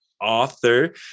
author